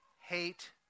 hate